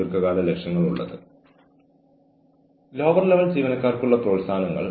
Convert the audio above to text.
വളരെ ദേഷ്യത്തോടെ ഒരാൾ നിങ്ങളുടെ അടുത്ത് വന്നാൽ നിങ്ങൾ എന്തുചെയ്യും